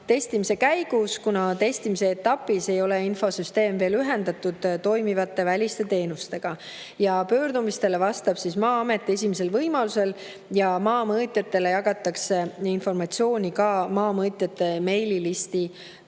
testimise käigus, kuna testimise etapis ei ole infosüsteem veel ühendatud toimivate väliste teenustega. Pöördumistele vastab Maa-amet esimesel võimalusel ja maamõõtjatele jagatakse informatsiooni ka maamõõtjate meililisti kaudu.